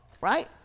right